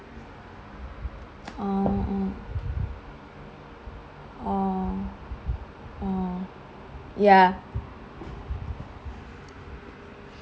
orh orh orh orh ya